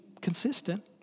consistent